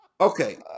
Okay